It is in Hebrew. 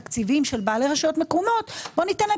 התקציבים של בעלי רשויות מקומיות בואו פשוט ניתן להן